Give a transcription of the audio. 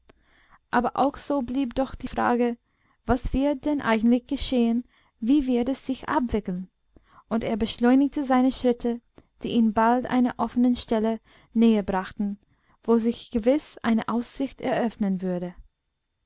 aber auch so blieb doch die frage was wird denn eigentlich geschehen wie wird es sich abwickeln und er beschleunigte seine schritte die ihn bald einer offenen stelle näher brachten wo sich gewiß eine aussicht eröffnen würde